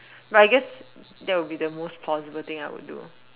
but I guess that will be the most possible thing I would do